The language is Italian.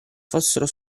fossero